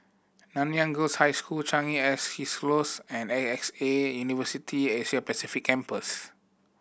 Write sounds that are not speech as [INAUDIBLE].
Nanyang Girls' High School Changi [UNINTELLIGIBLE] East Close and A X A University Asia Pacific Campus